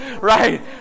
Right